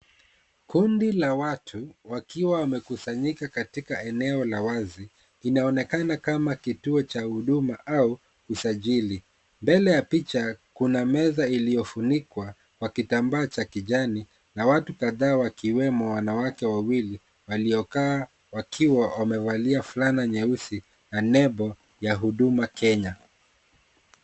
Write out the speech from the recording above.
Kundi la watu wakiwa wamekusanyika katika eneo la wazi. Inaonekana kama kituo cha huduma au usajili. Mbele ya picha kuna meza iliyofunikwa kwa kitambaa cha kijani na watu kadhaa wakiwemo wanawake wawili waliokaa wakiwa wamevalia fulana nyeusi na nembo ya huduma Kenya.